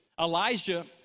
Elijah